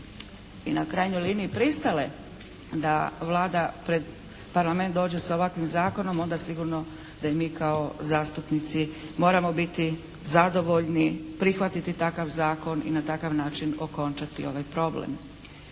i u krajnjoj liniji pristale da Vlada pred parlament dođe sa ovakvim zakonom onda sigurno da i mi kao zastupnici moramo biti zadovoljni, prihvatiti takav zakon i na takav način okončati ovaj problem.